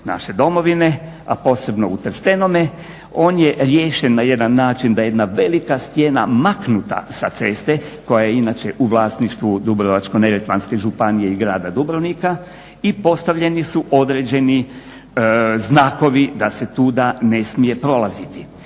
naše domovine, a posebno u Trstenome, on je riješen na jedan način da je jedna velika stijena maknuta sa ceste koja je inače u vlasništvu Dubrovačko-neretvanske županije i Grada Dubrovnika i postavljeni su određeni znakovi da se tuda ne smije prolaziti.